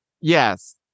Yes